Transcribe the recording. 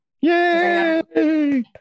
Yay